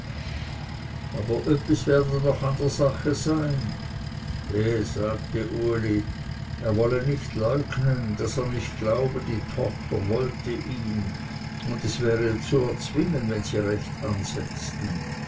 aber öppis werde doch an der sache sein he sagte uli er wolle nicht leugnen daß er nicht glaube die tochter wollte ihn und es wäre zu erzwingen wenn sie recht ansetzten